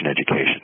education